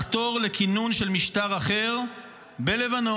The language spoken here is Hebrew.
לחתור לכינון של משטר אחר בלבנון,